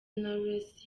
knowless